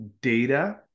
data